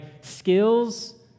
skills